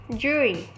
jury